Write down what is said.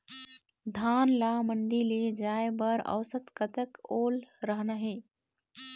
धान ला मंडी ले जाय बर औसत कतक ओल रहना हे?